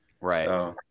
Right